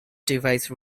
device